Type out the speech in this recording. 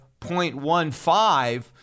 0.15